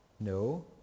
No